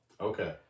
okay